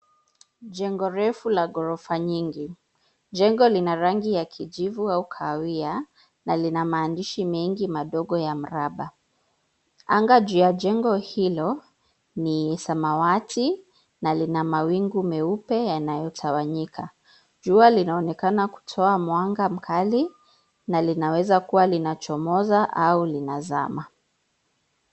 Jengo refu la gorofa nyingi, jengo lina rangi ya kijivu au kahawia na lina maandishi mengi madogo ya mraba. Anga juu ya jengo hilo ni samawati na lina mawingu meupe yanayo tawanyika. Jua linaonekana kutoa mwanga mkali na linaweza kuwa linachomoza au linazama.